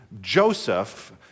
Joseph